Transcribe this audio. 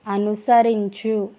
అనుసరించు